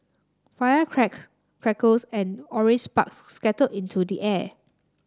fires crackled crackles and orange sparks scattered into the air